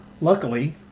luckily